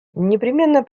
непременно